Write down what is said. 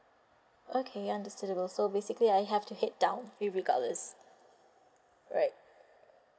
okay understandable so basically I have to head down irregardless right